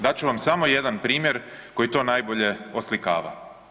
Dat ću vam samo jedan primjer koji to najbolje oslikava.